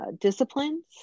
disciplines